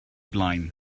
blaen